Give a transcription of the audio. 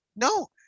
no